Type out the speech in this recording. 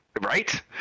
Right